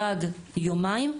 גג יומיים,